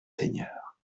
seigneurs